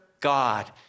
God